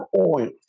oil